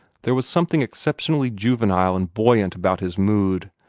there was something exceptionally juvenile and buoyant about his mood,